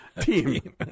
team